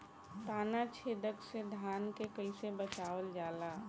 ताना छेदक से धान के कइसे बचावल जाला?